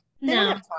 no